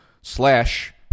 slash